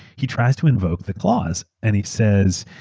he tries to invoke the clause. and he says,